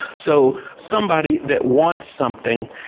so, somebody that wants something,